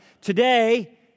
Today